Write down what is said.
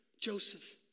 Joseph